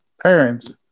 Parents